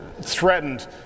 threatened